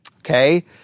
Okay